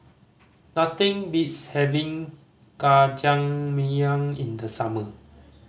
nothing beats having Jajangmyeon in the summer